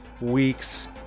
weeks